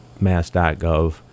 mass.gov